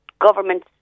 government